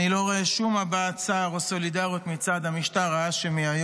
אני לא רואה היום שום הבעת צער או סולידריות מצד המשטר ההאשמי.